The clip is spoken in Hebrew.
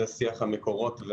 זה שיח המקורות,